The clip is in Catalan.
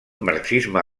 marxisme